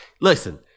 listen